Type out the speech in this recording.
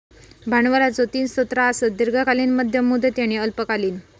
भांडवलाचो तीन स्रोत आसत, दीर्घकालीन, मध्यम मुदती आणि अल्पकालीन